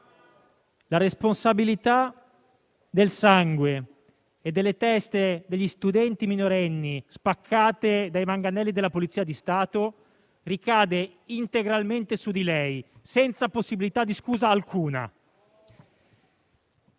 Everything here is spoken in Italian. la responsabilità del sangue e delle teste degli studenti minorenni spaccate dai manganelli della Polizia di Stato ricade integralmente su di lei, senza possibilità di scusa alcuna.